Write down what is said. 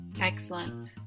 Excellent